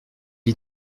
est